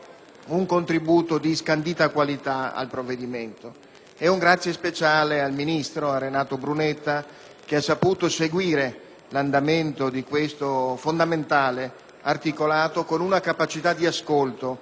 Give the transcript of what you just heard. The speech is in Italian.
un contributo nitido e di scandita qualità al provvedimento. Un grazie speciale va al Ministro, Renato Brunetta, che ha saputo seguire l'andamento di questo fondamentale articolato con una capacità di ascolto